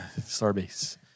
Starbase